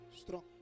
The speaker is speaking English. strong